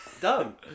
Done